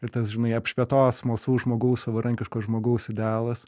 ir tas žinai apšvietos smalsaus žmogaus savarankiško žmogaus idealas